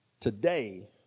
today